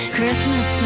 Christmas